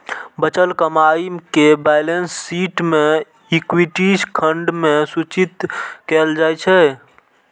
बचल कमाइ कें बैलेंस शीट मे इक्विटी खंड मे सूचित कैल जाइ छै